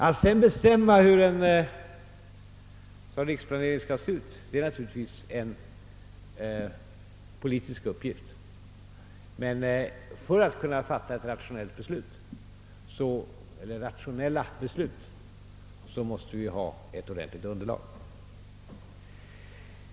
Att sedan bestämma hur en sådan riksplanering skall se ut blir naturligtvis en politisk uppgift, men för att kunna fatta rationella beslut måste vi ha ett ordentligt underlag.